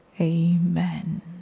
Amen